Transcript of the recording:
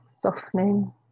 softening